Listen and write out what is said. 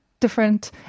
different